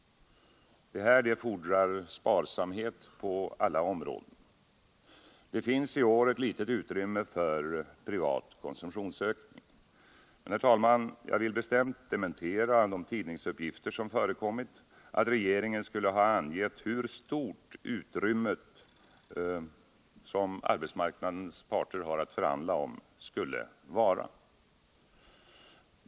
Detta fordrar sparsamhet på alla områden. Det finns i år ett litet utrymme för privat konsumtionsökning. Jag vill dock, herr talman, bestämt dementera de tidningsuppgifter som förekommit om att regeringen skulle ha angett hur stort det utrymme som arbetsmarknadens parter har att förhandla om skulle vara.